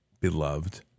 beloved